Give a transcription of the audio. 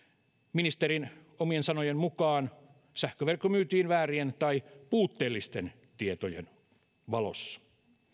ministerin omien sanojen mukaan sähköverkko myytiin väärien tai puutteellisten tietojen valossa